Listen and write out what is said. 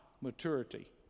maturity